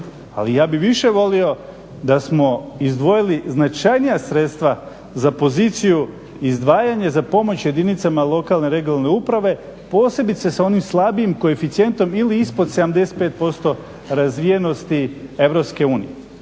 ali ja bih više volio da smo izdvojili značajnija sredstva za poziciju izdvajanje za pomoć jedinicama lokalne i regionalne uprave, posebice sa onim slabijim koeficijentom ili ispod 75% razvijenosti